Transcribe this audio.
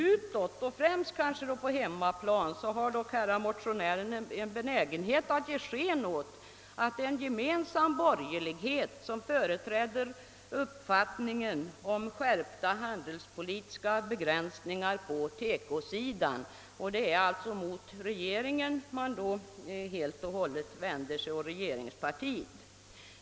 Utåt, och främst kanske på hemmaplan, har dock herrar motionärer en benägenhet att ge sken av att en gemensam borgerlighet förordar skärpta handelspolitiska begränsningar på TEKO-sidan. Det är alltså mot regeringen och regeringspartiet man då vänder sig.